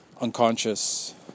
unconscious